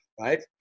right